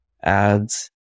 ads